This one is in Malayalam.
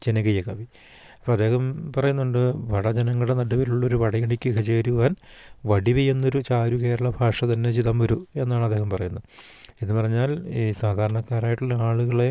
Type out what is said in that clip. ജനകീയ കവി അപ്പദ്ദേഹം പറയുന്നുണ്ട് വടജനങ്ങടെ നടുവിലുള്ള ഒരു വടയണിക്കിഹ ചേരുവാൻ വടിവി എന്നൊരു ചാരു കേരള ഭാഷ തന്നെ ചിതം ഒരു എന്നാണ് അദ്ദേഹം പറയുന്നത് എന്ന് പറഞ്ഞാൽ ഈ സാധാരണക്കാരായിട്ടുള്ള ആളുകളെ